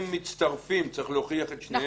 שני התנאים מצטרפים, צריך להוכיח את שניהם.